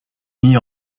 mis